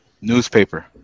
Newspaper